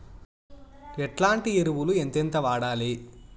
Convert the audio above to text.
ఎట్లాంటి ఎరువులు ఎంతెంత వాడాలి?